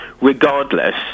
regardless